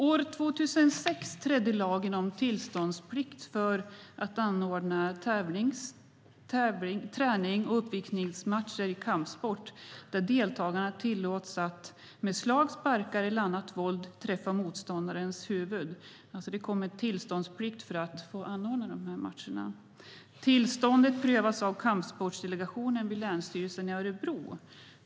År 2006 trädde lagen om tillståndsplikt för att anordna tränings och uppvisningsmatcher i kampsport i kraft. Deltagarna tillåts att med slag, sparkar eller annat våld träffa motståndarens huvud. Det kom alltså en tillståndsplikt för att få anordna de matcherna. Tillståndet prövas av Kampsportsdelegationen vid länsstyrelsen i Örebro.